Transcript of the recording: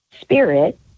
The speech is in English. spirit